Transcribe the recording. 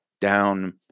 Down